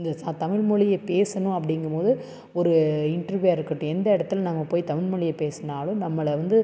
இந்த ச தமிழ்மொழியை பேசணும் அப்படிங்கும் போது ஒரு இன்ட்ரிவ்யூவாக இருக்கட்டும் எந்த இடத்துல நாங்கள் போய் தமிழ்மொழியை பேசினாலும் நம்மளை வந்து